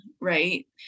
right